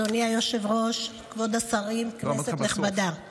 אדוני היושב-ראש, כבוד השרים, כנסת נכבדה,